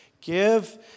Give